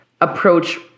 approach